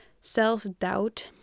self-doubt